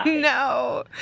No